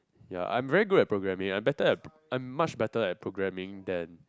ya I'm very good at programming I'm better at I'm much better at programming than